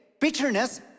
bitterness